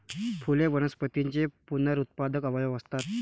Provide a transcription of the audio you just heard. फुले वनस्पतींचे पुनरुत्पादक अवयव असतात